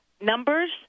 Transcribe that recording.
numbers